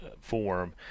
form